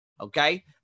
okay